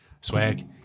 Swag